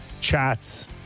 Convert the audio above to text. chats